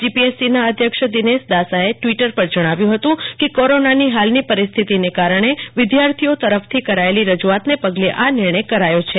જીપીએસસીના અધ્યક્ષ દિનેશ દાસાએ ટ્વિટર પર જણાવ્યું હતું કે કોરોનાની હાલની પરિસ્થિતીના કારણે વિદ્યાર્થીઓએ તરફથી કરાયેલી રજૂઆતના પગલે આ નિર્ણય કરાયો છે